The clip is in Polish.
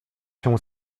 się